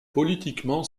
politiquement